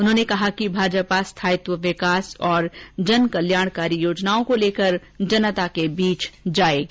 उन्होंने कहा कि भाजपा स्थायित्व विकास और जनकल्याणकारी योजनाओं को लेकर जनता के बीच जायेगी